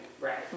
Right